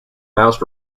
mouse